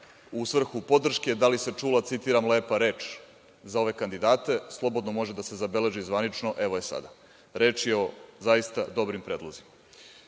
u svrhu podrške, da li se čula, citiram – lepa reč, za ove kandidate. Slobodno može da se zabeleži zvanično, evo je sada – reč je o zaista dobrim predlozima.